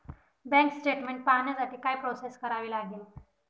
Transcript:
Bank statement पाहण्यासाठी काय process करावी लागेल?